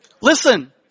Listen